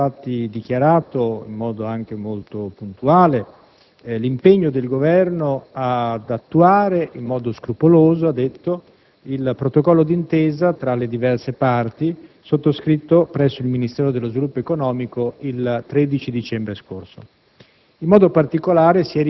Il Sottosegretario ha infatti dichiarato, in modo molto puntuale, l'impegno del Governo ad attuare in modo scrupoloso - così ha detto ‑ il protocollo d'intesa tra le diverse parti, sottoscritto presso il Ministero dello sviluppo economico il 13 dicembre scorso.